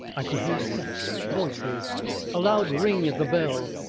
i could hear steps voices a loud ring at the bell.